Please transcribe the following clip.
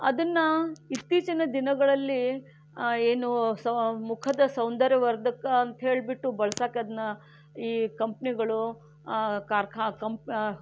ಅದನ್ನು ಇತ್ತೀಚಿನ ದಿನಗಳಲ್ಲಿ ಏನು ಸೌ ಮುಖದ ಸೌಂದರ್ಯವರ್ಧಕ ಅಂತ ಹೇಳಿಬಿಟ್ಟು ಬಳ್ಸಕ್ಕೆ ಅದನ್ನು ಈ ಕಂಪ್ನಿಗಳು ಕಾರ್ಖಾ ಕಾ